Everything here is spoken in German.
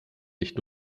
nicht